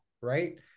right